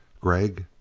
gregg.